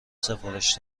سفارش